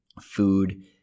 food